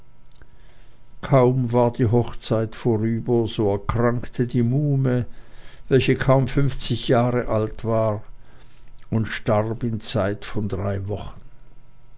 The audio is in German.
kaum war die hochzeit vorüber so erkrankte die muhme welche noch nicht fünfzig jahre alt war und starb in zeit von drei wochen